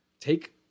take